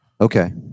Okay